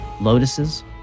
lotuses